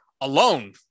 alone